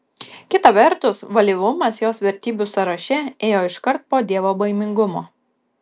kita vertus valyvumas jos vertybių sąraše ėjo iškart po dievobaimingumo